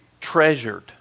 treasured